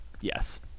yes